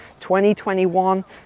2021